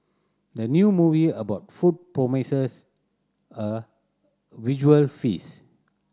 the new movie about food promises a visual feast